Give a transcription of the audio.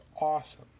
awesome